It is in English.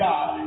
God